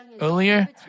Earlier